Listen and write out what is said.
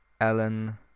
ellen